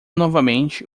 novamente